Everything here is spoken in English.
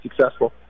successful